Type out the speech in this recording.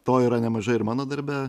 to yra nemažai ir mano darbe